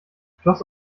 schloss